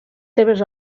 seves